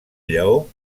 lleó